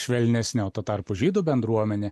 švelnesni o tuo tarpu žydų bendruomenė